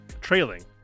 Trailing